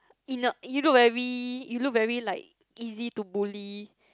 inert you look very you look very like easy to bully